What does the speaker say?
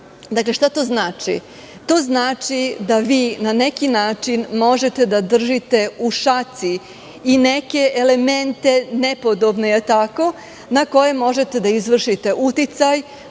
itd. Šta to znači? To znači, da vi na neki način možete da držite u šaci i neke elemente nepodobne, na koje možete da izvršite uticaj,